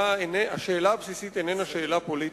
השאלה הבסיסית איננה שאלה פוליטית,